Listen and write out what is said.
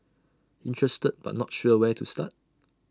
interested but not sure where to start